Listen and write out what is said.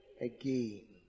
again